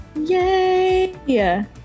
Yay